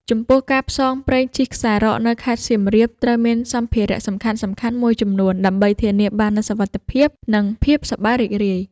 ចំពោះ ការផ្សងព្រេងជិះខ្សែរ៉កនៅខេត្តសៀមរាបត្រូវមានសម្ភារៈសំខាន់ៗមួយចំនួន ដើម្បីធានាបាននូវសុវត្ថិភាព និងភាពសប្បាយរីករាយ។